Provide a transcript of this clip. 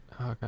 okay